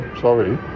sorry